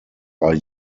are